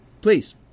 Please